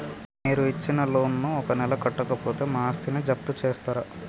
మీరు ఇచ్చిన లోన్ ను ఒక నెల కట్టకపోతే మా ఆస్తిని జప్తు చేస్తరా?